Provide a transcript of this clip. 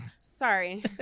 sorry